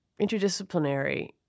interdisciplinary